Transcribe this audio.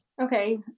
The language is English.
Okay